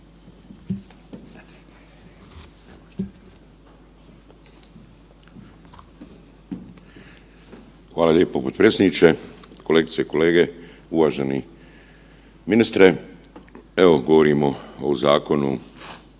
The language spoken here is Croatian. Hvala lijepo potpredsjedniče, kolegice i kolege, uvaženi ministre. Evo govorimo o zakonu